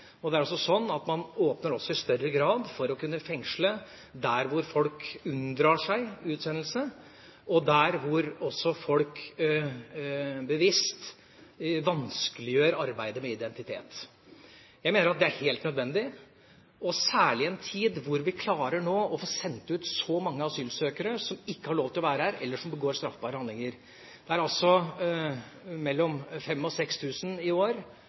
Man åpner også i større grad for å kunne fengsle folk som unndrar seg utsendelse, og folk som bevisst vanskeliggjør arbeidet med identitet. Jeg mener at det er helt nødvendig, særlig i en tid hvor vi klarer å få sendt ut så mange asylsøkere som ikke har lov til å være her, eller som begår straffbare handlinger. Det er altså 5 000–6 000 i år